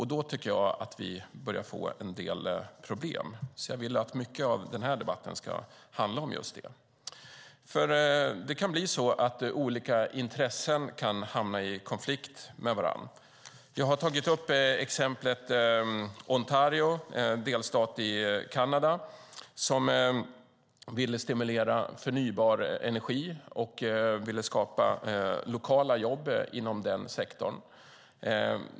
Då tycker jag att vi börjar få en del problem. Jag vill att mycket av den här debatten ska handla om just det. Det kan bli så att olika intressen hamnar i konflikt med varandra. Jag har tagit upp exemplet Ontario, en delstat i Kanada, som ville stimulera förnybar energi och skapa lokala jobb inom den sektorn.